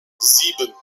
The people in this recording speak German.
sieben